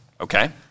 Okay